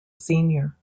senior